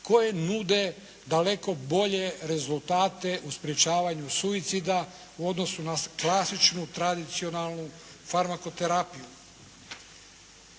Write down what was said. koje nude daleko bolje rezultate u sprječavanju suicida u odnosu na klasičnu tradicionalnu farmakoterapiju.